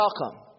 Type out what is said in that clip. welcome